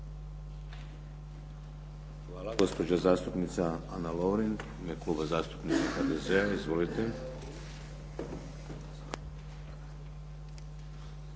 Hvala. Gospođa zastupnica Ana Lovrin u ime Kluba zastupnika HDZ-a. Izvolite.